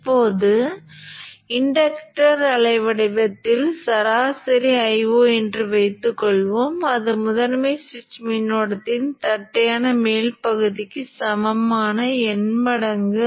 இப்போது இந்த ஆற்றல் ஒவ்வொரு சுழற்சியிலும் R இல் சிதறடிக்கப்பட வேண்டும்